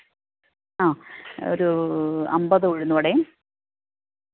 ആ ഒരൂ അമ്പത് ഉഴുന്നുവടയും